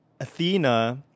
Athena